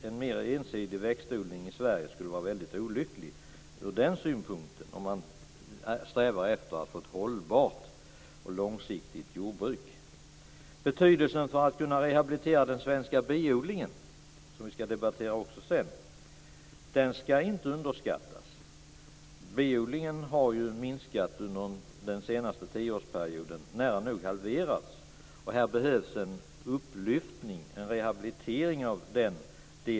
En mer ensidig växtodling i Sverige skulle vara väldigt olycklig, om man strävar efter att få ett långsiktigt hållbart jordbruk. Betydelsen för att kunna rehabilitera den svenska biodlingen, som vi skall debattera sedan, skall inte underskattas. Biodlingen har ju minskat under den senaste tioårsperioden - den har nära nog halverats. Det behövs en upplyftning, en rehabilitering av den.